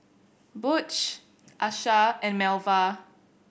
Butch Asha and Melva